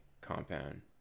compound